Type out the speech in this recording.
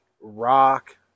rock